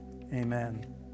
Amen